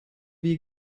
wir